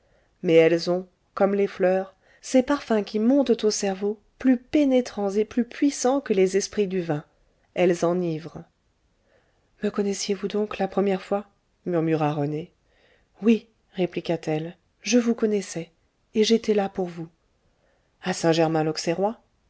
mais elles ont comme les fleurs ces parfums qui montent au cerveau plus pénétrants et plus puissants que les esprits du vin elles enivrent me connaissiez-vous donc la première fois murmura rené oui répliqua t elle je vous connaissais et j'étais là pour vous